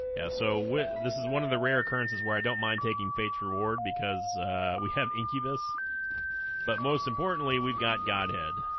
yeah so with this is one of the rare occurrences where i don't mind taking fates reward because we have incubus but most importantly we've got godhead